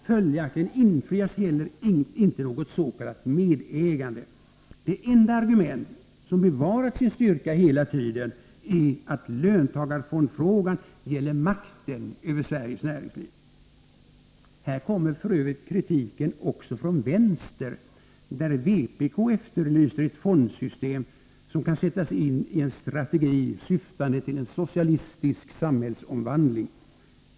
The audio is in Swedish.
Följaktligen infrias inte heller något s.k. medägande. Det enda argument som bevarat sin styrka hela tiden är att löntagarfondfrågan gäller makten över Sveriges näringsliv! Här kommer f. ö. kritiken också från vänster, där vpk efterlyser ett fondsystem som kan sättas in i en strategi syftande till en socialistisk samhällsomvandling.